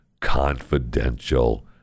confidential